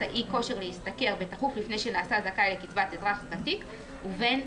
האי-כושר להשתכר בתכוף לפני שנעשה זכאי לקצבת אזרח ותיק ובין